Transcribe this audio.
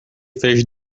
fez